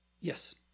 yes